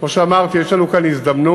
כמו שאמרתי, יש לנו כאן הזדמנות,